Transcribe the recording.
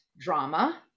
drama